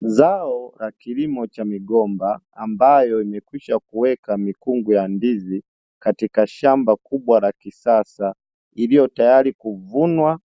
Zao la kilimo cha migomba ambayo imekwisha kuweka mikungu ya ndizi katika shamba kubwa la kisasa iliyo tayari kuvunwa